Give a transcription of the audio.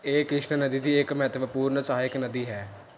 ਇਹ ਕ੍ਰਿਸ਼ਨਾ ਨਦੀ ਦੀ ਇੱਕ ਮਹੱਤਵਪੂਰਨ ਸਹਾਇਕ ਨਦੀ ਹੈ